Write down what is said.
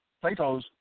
Plato's